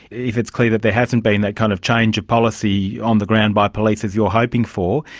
if it's clear that there hasn't been that kind of change of policy on the ground by police as you were hoping for,